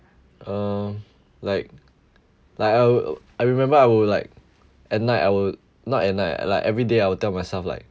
uh like like I will I remember I would like at night I will not at night like every day I will tell myself like